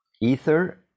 ether